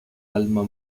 alma